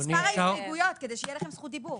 על מספר ההסתייגויות כדי שיהיה לכם זכות דיבור.